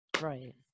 Right